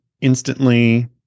instantly